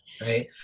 right